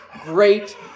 great